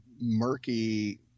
murky